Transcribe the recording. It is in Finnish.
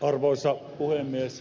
arvoisa puhemies